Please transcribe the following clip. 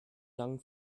langen